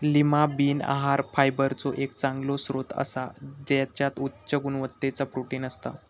Lima bean आहार फायबरचो एक चांगलो स्त्रोत असा त्याच्यात उच्च गुणवत्तेचा प्रोटीन असता